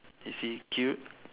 is he cute